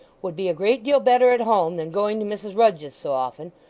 would be a great deal better at home than going to mrs rudge's so often.